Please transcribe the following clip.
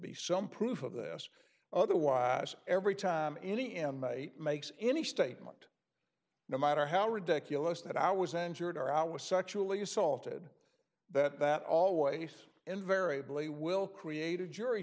be some proof of this otherwise every time any inmate makes any statement no matter how ridiculous that i was injured or i was sexually assaulted that that always invariably will create a jury